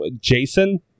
jason